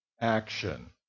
action